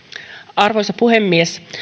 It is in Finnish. arvoisa puhemies